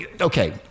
Okay